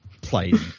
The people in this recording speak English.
played